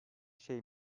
şey